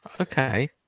Okay